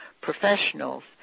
professionals